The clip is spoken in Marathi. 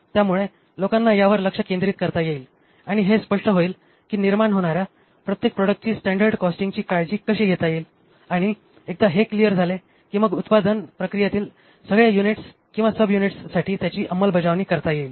त्यामुळे लोकाना लोक यावरलक्ष केंद्रित करता येईल आणि हे स्पष्ट होईल की निर्माण होणार्या प्रत्येक प्रोडक्ट्सची स्टॅंडर्ड कॉस्टिंगची काळजी कशी घेता येईलआणि एकदा हे क्लिअर झाले कि मग उत्पादन प्रक्रियेतील सगळ्या युनिट्स किंवा सबयुनिट्ससाठी त्याची अंमलबजावणी करता येईल